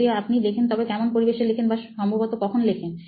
যদি আপনি লেখেন তবে কেমন পরিবেশে লেখেন বা সম্ভবত কখন লেখেন